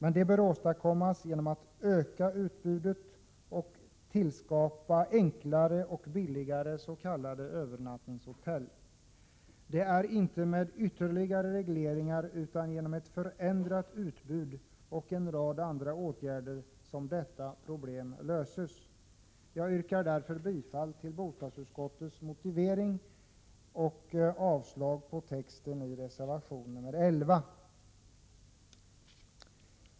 Men det bör åstadkommas genom ökning av utbudet och tillskapande av enklare och billigare s.k. övernattningshotell. Det är inte med ytterligare regleringar utan genom ett förändrat utbud och en rad andra åtgärder som detta problem löses. Jag yrkar därför bifall till bostadsutskottets motivering och avslag på texten i reservation 11.